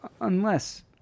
Unless